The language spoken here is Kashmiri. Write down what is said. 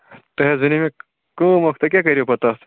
تۄہہِ حظ وَنے مےٚ کٲم اکھ تۄہہِ کیٛاہ کَریو پتہٕ تَتھ